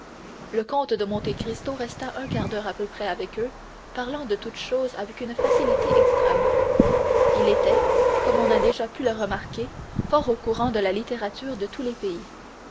le comte de monte cristo resta un quart d'heure à peu près avec eux parlant de toutes choses avec une facilité extrême il était comme on a déjà pu le remarquer fort au courant de la littérature de tous les pays